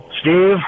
Steve